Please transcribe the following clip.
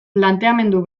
planteamendu